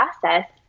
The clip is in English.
process